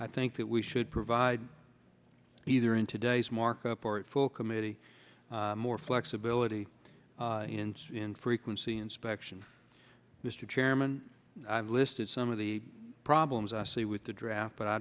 i think that we should provide either in today's markup or it full committee more flexibility in frequency inspection mr chairman i've listed some of the problems i see with the draft but i